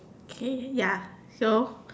okay ya so